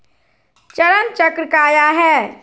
चरण चक्र काया है?